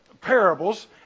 parables